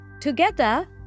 Together